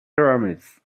pyramids